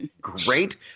great –